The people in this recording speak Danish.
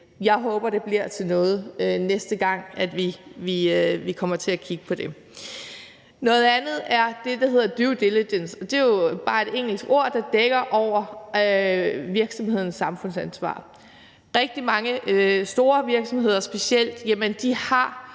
Jeg håber, det bliver til noget næste gang, vi kommer til at kigge på det. Noget andet er det, der hedder due diligence, og det er jo bare et engelsk ord, der dækker over virksomhedens samfundsansvar. Rigtig mange virksomheder, specielt de